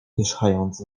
pierzchając